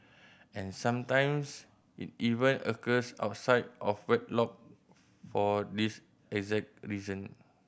and sometimes it even occurs outside of wedlock for this exact reason